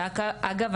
ואגב,